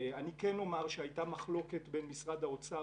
אני כן אומר שהייתה מחלוקת בין משרד האוצר